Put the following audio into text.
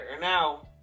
now